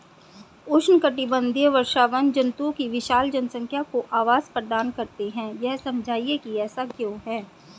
उष्णकटिबंधीय वर्षावन जंतुओं की विशाल जनसंख्या को आवास प्रदान करते हैं यह समझाइए कि ऐसा क्यों है?